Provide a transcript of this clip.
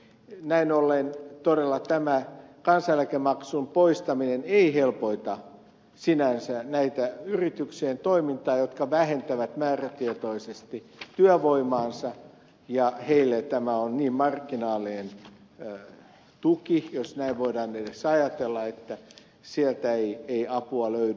näin ollen todella kansaneläkemaksun poistaminen ei helpota sinänsä näiden yrityksien toimintaa jotka vähentävät määrätietoisesti työvoimaansa ja niille tämä on niin marginaalinen tuki jos näin voidaan edes ajatella että sieltä ei apua löydy